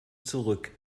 zurück